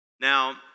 Now